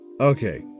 Okay